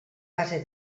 base